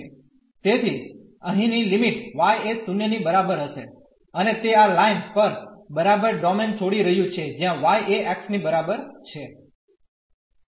તેથી અહીંની limit y એ 0 ની બરાબર હશે અને તે આ લાઈન પર બરાબર ડોમેન છોડી રહ્યું છે જ્યાં y એ x ની બરાબર છે